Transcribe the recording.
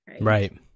Right